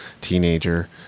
teenager